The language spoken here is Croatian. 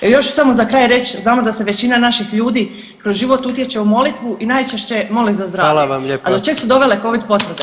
Još ću samo za kraj reć, znamo da se većina naših ljudi kroz život utječe u molitvu i najčešće mole za zdravlje [[Upadica predsjednik: Hvala vam lijepa.]] a do čeg su dovele covid potvrde?